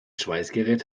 schweißgerät